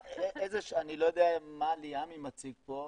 אני לא יודע מה ליעמי מציג פה,